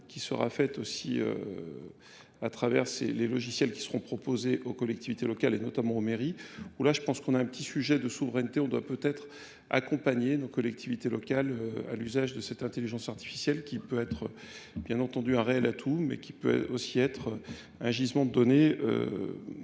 qui sera faite aussi à travers les logiciels qui seront proposés aux collectivités locales et notamment aux mairies où là je pense qu'on a un petit sujet de souveraineté, on doit peut-être accompagner nos collectivités locales à l'usage de cette intelligence artificielle qui peut être bien entendu un réel atout mais qui peut aussi être un gisement de données